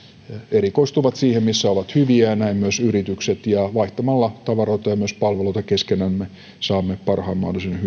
erikoistuvat siihen missä ovat hyviä ja näin myös yritykset ja vaihtamalla tavaroita ja myös palveluita keskenämme saamme parhaan mahdollisen hyödyn